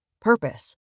Purpose